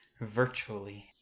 virtually